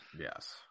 Yes